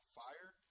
fire